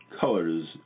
colors